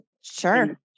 Sure